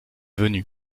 venu